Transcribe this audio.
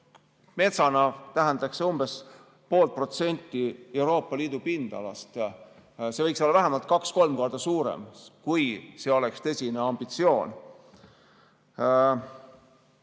Metsana tähendaks see umbes 0,5% Euroopa Liidu pindalast. See võiks olla vähemalt kaks‑kolm korda suurem, kui see oleks tõsine ambitsioon.